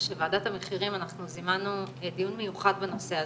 שאת ועדת המחירים אנחנו זימנו לדיון מיוחד בנושא הזה.